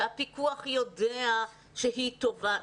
שהפיקוח יודע שהיא טובה,